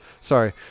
Sorry